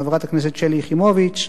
חברת הכנסת שלי יחימוביץ,